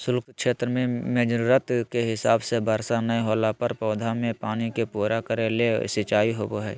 शुष्क क्षेत्र मेंजरूरत के हिसाब से वर्षा नय होला पर पौधा मे पानी के पूरा करे के ले सिंचाई होव हई